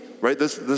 Right